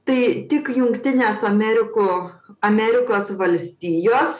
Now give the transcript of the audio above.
tai tik jungtines ameriko amerikos valstijos